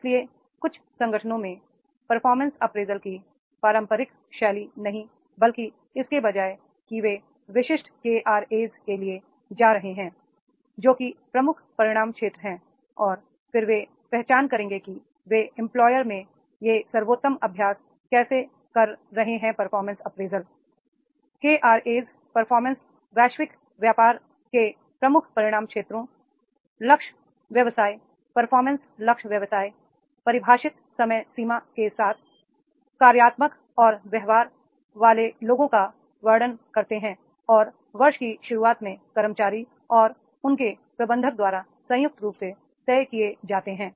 इसलिए कुछ संगठनोंमें परफॉर्मेंस अप्रेजल की पारंपरिक शैली नहीं बल्कि इसके बजाय कि वे विशिष्ट केआरए के लिए जा रहे हैं जो कि प्रमुख परिणाम क्षेत्र हैं और फिर वे पहचान करेंगे कि वे एंपलॉयर में ये सर्वोत्तम अभ्यास कैसे कर रहे हैं performance appraisal I KRA performance वैश्विक व्यापार के प्रमुख परिणाम क्षेत्रों लक्ष्य व्यवसाय परफॉर्मेंस लक्ष्य व्यवसाय परिभाषित समय सीमा के साथ कार्यात्मक और व्यवहार वाले लोगों का वर्णन करते हैं और वर्ष की शुरुआत में कर्मचारी और उनके प्रबंधक द्वारा संयुक्त रूप से तय किए जाते हैं